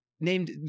named